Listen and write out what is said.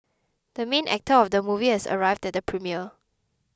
the main actor of the movie has arrived at the premiere